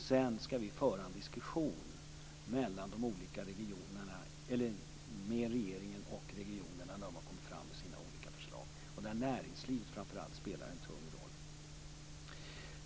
Sedan skall vi föra en diskussion mellan regeringen och regionerna när de har kommit fram med sina olika förslag. Där spelar framför allt näringslivet en tung roll.